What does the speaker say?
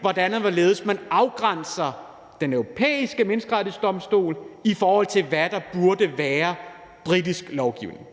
hvordan og hvorledes man afgrænser Den Europæiske Menneskerettighedsdomstol fra det, der burde være britisk lovgivning.